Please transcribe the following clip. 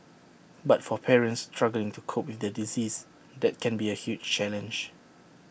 but for parents struggling to cope with their disease that can be A huge challenge